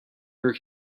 your